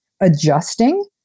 adjusting